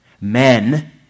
men